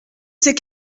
c’est